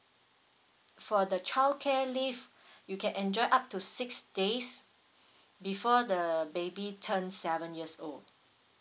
for the childcare leave you can enjoy up to six days before the baby turns seven years old